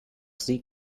sie